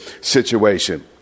situation